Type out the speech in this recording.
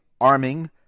arming